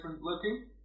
looking